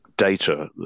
data